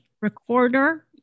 recorder